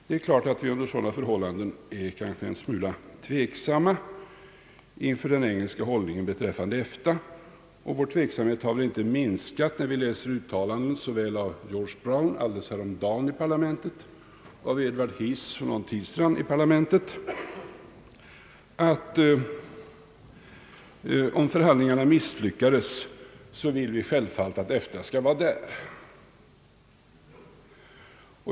Det är klart att vi under sådana förhållanden kanske är en smula tveksamma inför den engelska hållningen beträffande EFTA, och vår tveksamhet har väl inte minskat när vi läser uttalanden av såväl George Brown alldeles häromdagen i parlamentet som av Edward Heath för någon tid sedan i parlamentet, att om förhandlingarna misslyckades »vill vi självfallet att EFTA skall vara där».